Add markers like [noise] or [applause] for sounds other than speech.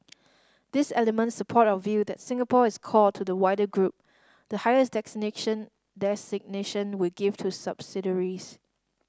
these elements support our view that Singapore is core to the wider group the highest [unintelligible] designation we give to subsidiaries